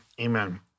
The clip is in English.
Amen